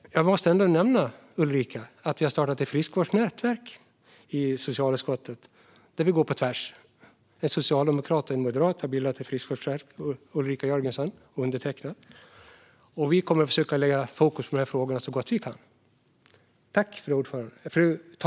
Jag måste ändå nämna, Ulrika, att vi har startat ett friskvårdsnätverk i socialutskottet. Det har vi gjort tvärs över. En socialdemokrat och en moderat har bildat ett friskvårdsnätverk - det är Ulrika Jörgensen och undertecknad. Vi kommer så gott vi kan att försöka ha dessa frågor i fokus.